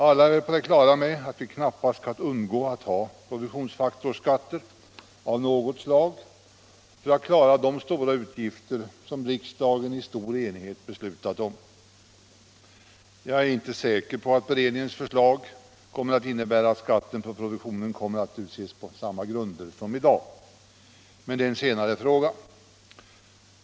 Alla är väl på det klara med att vi knappast kan undgå att ha produktionsfaktorsskatter av något slag för att klara de stora utgifter som riksdagen i stor enighet beslutat om. Jag är inte säker på att beredningens förslag kommer att innebära att skatten på produktionen kommer att uttas på samma grunder som i dag, men det är en senare fråga.